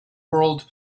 world